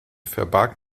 verbarg